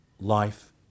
life